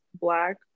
black